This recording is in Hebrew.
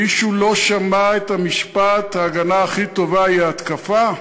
מישהו לא שמע את המשפט "ההגנה הכי טובה היא התקפה"?